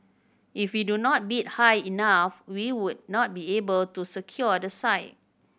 if we do not bid high enough we would not be able to secure the site